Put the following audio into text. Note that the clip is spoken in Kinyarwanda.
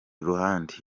ruhande